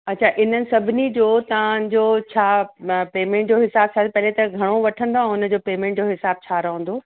अच्छा इन्हनि सभिनी जो तव्हांजो छा म पेमेंट जो हिसाब ख़बर पए त घणो वठंदा ऐं उन जो पेमेंट जो हिसाब छा रहंदो